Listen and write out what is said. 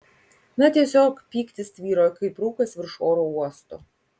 na tiesiog pyktis tvyro kaip rūkas virš oro uosto